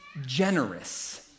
generous